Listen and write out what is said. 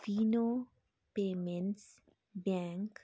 Fino payments bank